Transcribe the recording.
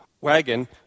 wagon